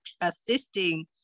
assisting